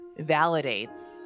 validates